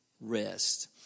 rest